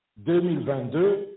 2022